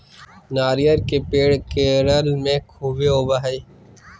नारियल के पेड़ केरल में ख़ूब होवो हय